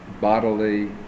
bodily